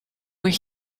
where